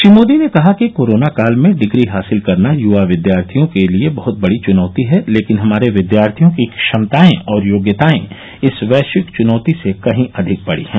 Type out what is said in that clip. श्री मोदी ने कहा कि कोरोना काल में डिग्री हासिल करना युवा विद्यार्थियों के लिए बहुत बडी चुनौती है लेकिन हमारे विद्यार्थियों की क्षमताएं और योग्यताएं इस वैश्विक चुनौती से कहीं अधिक बड़ी हैं